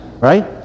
Right